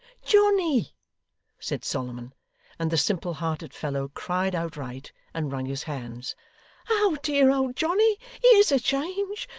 johnny said solomon and the simple-hearted fellow cried outright, and wrung his hands oh dear old johnny, here's a change!